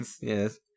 Yes